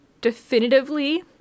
definitively